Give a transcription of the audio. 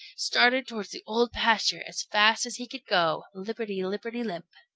started towards the old pasture as fast as he could go, lipperty lipperty lip.